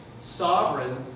sovereign